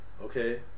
okay